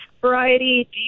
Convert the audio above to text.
variety